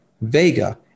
vega